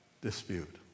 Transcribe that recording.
Dispute